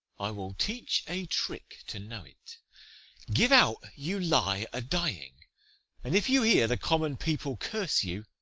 i will teach a trick to know it give out you lie a-dying, and if you hear the common people curse you,